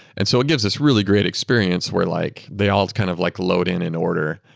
and so it gives this really great experience where like they all kind of like load in in order,